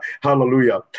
hallelujah